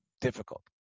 difficult